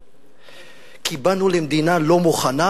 כי באנו למדינה לא מוכנה,